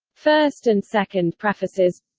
first and second prefaces